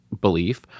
belief